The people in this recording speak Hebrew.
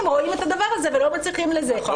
רואים את הדבר הזה ולא מצליחים לזה.